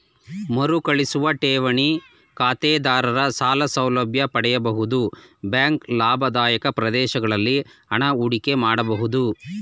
ಮರುಕಳಿಸುವ ಠೇವಣಿ ಖಾತೆದಾರರ ಸಾಲ ಸೌಲಭ್ಯ ಪಡೆಯಬಹುದು ಬ್ಯಾಂಕ್ ಲಾಭದಾಯಕ ಪ್ರದೇಶಗಳಲ್ಲಿ ಹಣ ಹೂಡಿಕೆ ಮಾಡಬಹುದು